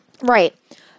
Right